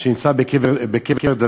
שנמצא בקבר דוד.